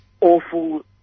awful